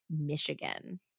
Michigan